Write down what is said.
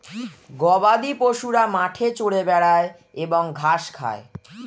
গবাদিপশুরা মাঠে চরে বেড়ায় এবং ঘাস খায়